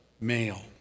male